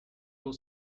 will